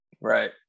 Right